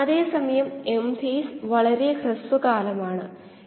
ഇവിടെ എല്ലാ സമയ ഡെറിവേറ്റീവുകളും പൂജ്യമാകും